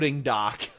dock